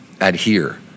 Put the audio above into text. adhere